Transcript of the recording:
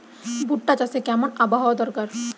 ভুট্টা চাষে কেমন আবহাওয়া দরকার?